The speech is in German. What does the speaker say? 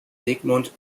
sigmund